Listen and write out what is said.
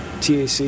TAC